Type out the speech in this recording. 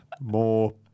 More